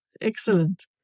Excellent